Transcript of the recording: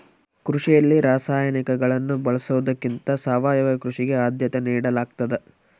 ಕೃಷಿಯಲ್ಲಿ ರಾಸಾಯನಿಕಗಳನ್ನು ಬಳಸೊದಕ್ಕಿಂತ ಸಾವಯವ ಕೃಷಿಗೆ ಆದ್ಯತೆ ನೇಡಲಾಗ್ತದ